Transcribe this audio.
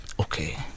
Okay